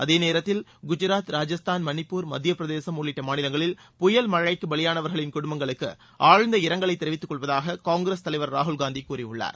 அதேநேரத்தில் குஜராத் ராஜஸ்தான் மணிப்பூர் மத்தியப்பிரதேசம் உள்ளிட்ட மாநிலங்களில் புயல் மழைக்கு பலியானவர்களின் குடும்பங்களுககு ஆழ்ந்த இரங்கலை தெரிவித்துக்கொள்வதாக காங்கிரஸ் தலைவர் ராகுல்காந்தி கூறியுள்ளார்